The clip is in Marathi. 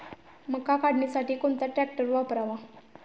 मका काढणीसाठी कोणता ट्रॅक्टर वापरावा?